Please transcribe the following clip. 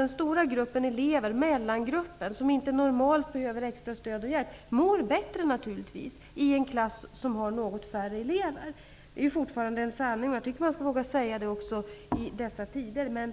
Den stora gruppen elever, mellangruppen, som normalt inte behöver extra stöd och hjälp mår naturligtvis bättre i en klass som har något färre elever. Detta är fortfarande en sanning, som man skall våga säga också i dessa tider. Men